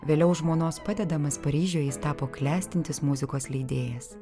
vėliau žmonos padedamas paryžiuje jis tapo klestintis muzikos leidėjas